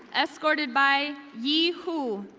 escorted by yi hu,